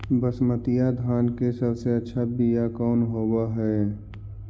बसमतिया धान के सबसे अच्छा बीया कौन हौब हैं?